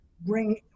bring